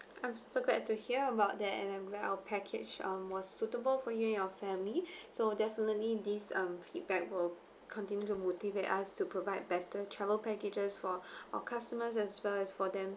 I'm so glad to hear about that and I'm glad our package um was suitable for you and your family so definitely this um feedback will continue to motivate us to provide better travel packages for our customers as well as for them